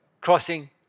Crossing